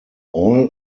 all